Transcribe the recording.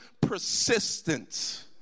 persistence